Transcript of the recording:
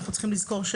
אנחנו צריכים לזכור,